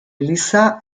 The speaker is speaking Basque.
eliza